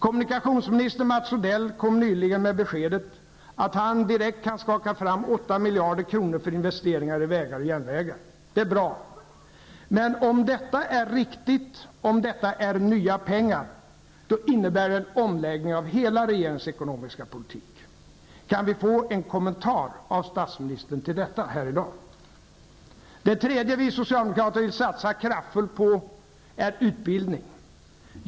Kommunikationsminister Mats Odell kom nyligen med beskedet att han direkt kan skaka fram 8 miljarder kronor för investeringar i vägar och järnvägar. Det är bra. Men om detta är riktigt, och om detta är nya pengar, innebär det en omläggning av hela regeringens ekonomiska politik. Kan vi få en kommentar av statsministern till detta här i dag? Det tredje som vi socialdemokrater vill satsa kraftfullt på är utbildning.